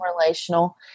relational